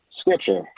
scripture